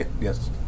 Yes